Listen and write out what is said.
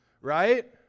Right